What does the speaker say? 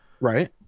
right